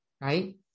Right